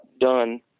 done